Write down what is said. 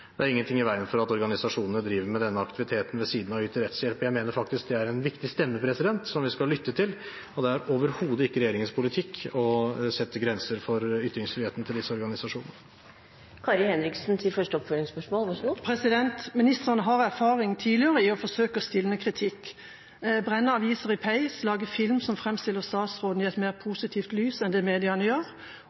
Det er ingenting i veien for at organisasjonene driver med denne aktiviteten ved siden av å yte rettshjelp. Jeg mener faktisk det er en viktig stemme som vi skal lytte til, og det er overhodet ikke regjeringens politikk å sette grenser for ytringsfriheten til disse organisasjonene. Ministeren har tidligere erfaring med å forsøke å stilne kritikk – brenne avis i peisen, lage film som framstiller statsråden i et mer positivt lys enn det mediene gjør